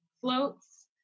floats